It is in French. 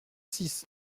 six